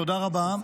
תודה רבה.